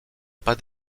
pas